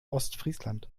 ostfriesland